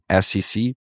SEC